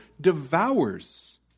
devours